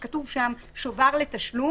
שכתוב שם "שובר לתשלום",